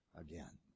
again